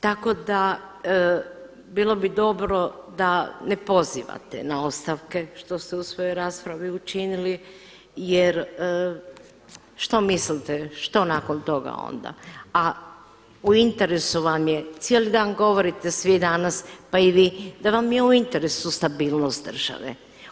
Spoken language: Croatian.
Tako da bilo bi dobro da ne pozivate na ostavke što ste u svojoj raspravi učinili, jer što mislite što nakon toga onda, a u interesu vam je, cijeli dan govorite svi danas, pa i vi da vam je u interesu stabilnost države.